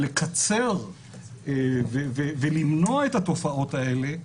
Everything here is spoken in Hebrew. לקצר ולמנוע את התופעות האלה,